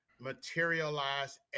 materialize